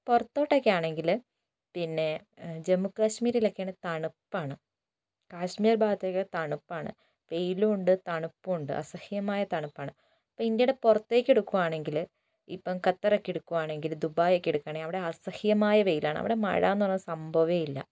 പുറത്തോട്ടൊക്കെയാണെങ്കിൽ പിന്നെ ജമ്മുകാശ്മീരിലൊക്കെ ആണ് തണുപ്പാണ് കാശ്മീർ ഭാഗത്തേയ്ക്ക് തണുപ്പാണ് വെയിലും ഉണ്ട് തണുപ്പും ഉണ്ട് അസഹ്യമായ തണുപ്പാണ് അപ്പോൾ ഇന്ത്യയുടെ പുറത്തേക്കെടുക്കുകയാണെങ്കിൽ ഇപ്പം ഖത്തർ ഒക്കെ എടുക്കുകയാണെങ്കിൽ ദുബായ് ഒക്കെ എടുക്കുകയാണെങ്കിൽ അവിടെ അസഹ്യമായ വെയിലാണ് അവിടെ മഴയെന്നു പറഞ്ഞ സംഭവമേ ഇല്ല